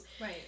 right